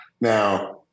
Now